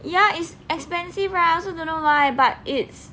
ya is expensive right I also don't know why but it's